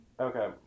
Okay